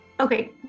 Okay